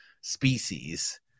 species